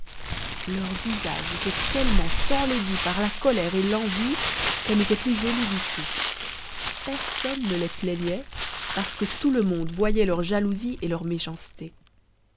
leurs visages étaient tellement enlaidis par la colère et l'envie qu'elles n'étaient plus jolies du tout personne ne les plaignait parce que tout le monde voyait leur jalousie et leur méchanceté